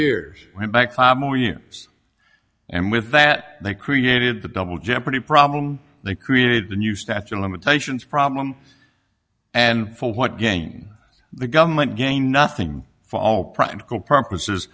warriors went back more years and with that they created the double jeopardy problem they created the new statute of limitations problem and for what gain the government gain nothing for all practical purposes